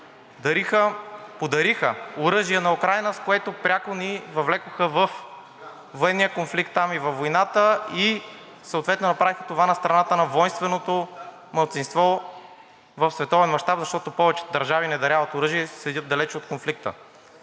Подариха оръжия на Украйна, с което пряко ни въвлякоха във военния конфликт там и във войната, и съответно направиха това на страната на войнственото малцинство в световен мащаб, защото повечето държави не даряват оръжия и седят далеч от конфликта,